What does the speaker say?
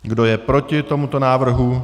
Kdo je proti tomuto návrhu?